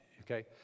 okay